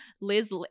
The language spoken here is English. Liz